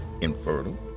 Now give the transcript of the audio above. infertile